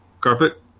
carpet